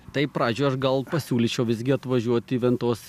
tai pradžioj aš gal pasiūlyčiau visgi atvažiuot į ventos